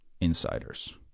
insiders